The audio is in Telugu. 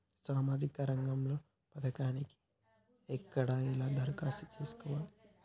సామాజిక రంగం పథకానికి ఎక్కడ ఎలా దరఖాస్తు చేసుకోవాలి?